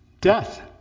death